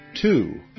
two